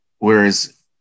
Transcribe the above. Whereas